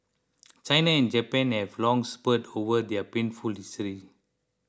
China and Japan have long sparred over their painful history